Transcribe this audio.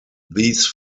these